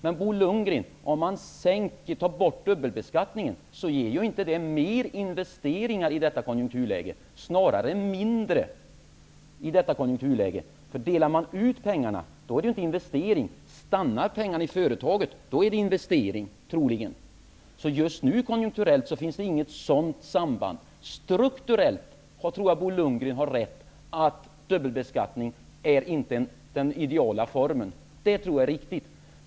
Men att i detta konjunkturläge, Bo Lundgren, ta bort dubbelbeskattningen leder inte till ökade investeringar utan snarare mindre. Om man delar ut pengarna blir det ingen investering. Stannar pengarna i företaget, blir det troligen en investering. Konjunkturellt finns det just nu inget sådant samband. Strukturellt tror jag att Bo Lundgren har rätt, att dubbelbeskattning inte är den ideala formen. Detta tror jag är riktigt.